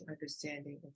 understanding